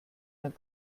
dann